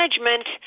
management